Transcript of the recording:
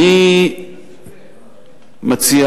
אני מציע